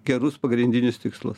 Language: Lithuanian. gerus pagrindinius tikslus